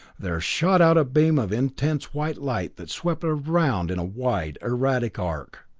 there shot out a beam of intense white light that swept around in a wide, erratic arc.